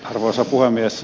arvoisa puhemies